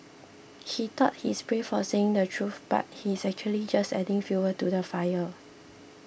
he thought he's brave for saying the truth but he's actually just adding fuel to the fire